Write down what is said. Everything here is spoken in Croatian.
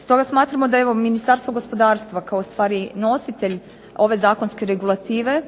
Stoga smatramo da evo Ministarstvo gospodarstva kao ustvari nositelj ove zakonske regulative